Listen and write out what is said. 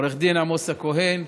עו"ד עמוס הכהן,